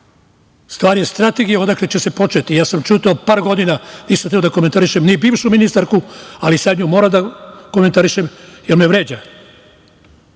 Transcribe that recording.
Stvar je strategije odakle će se početi. Ja sam ćutao par godina, nisam hteo da komentarišem, ni bivšu ni ministarku, ali sada nju moram da komentarišem, jer me vređa.